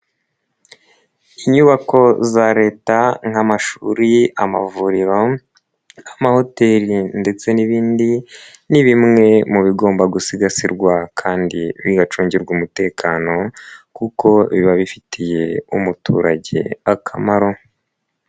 Inyubako za Leta nk 'amashuri, amavuriro, amahoteli ndetse n'ibindi ni bimwe mu bigomba gusigasirwa kandi bigacungirwa umutekano kuko biba bifitiye umuturage akamaro.